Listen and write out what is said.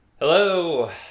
Hello